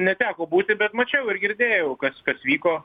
neteko būti bet mačiau ir girdėjau kas kas vyko